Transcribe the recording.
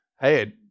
hey